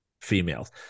females